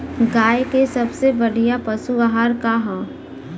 गाय के सबसे बढ़िया पशु आहार का ह?